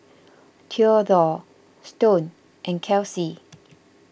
theodore Stone and Kelcie